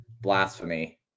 blasphemy